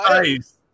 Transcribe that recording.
Nice